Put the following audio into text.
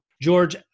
George